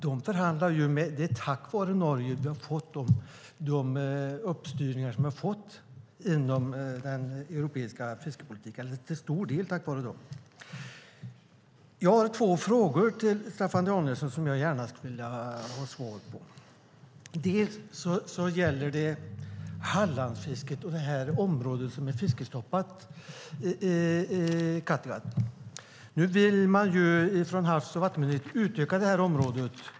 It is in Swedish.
Det är tack vare Norge som vi har fått de uppstyrningar som vi har fått inom den europeiska fiskepolitiken, eller det är till stor del tack vare Norge. Jag har två frågor till Staffan Danielsson som jag gärna skulle vilja ha svar på. Det gäller Hallandsfisket och det område där det är fiskestopp i Kattegatt. Nu vill man från Havs och vattenmyndigheten utöka det här området.